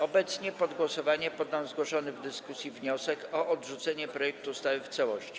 Obecnie pod głosowanie poddam zgłoszony w dyskusji wniosek o odrzucenie projektu ustawy w całości.